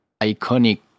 iconic